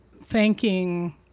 Thanking